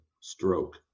stroke